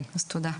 תודה.